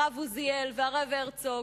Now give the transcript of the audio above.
הרב עוזיאל והרב הרצוג,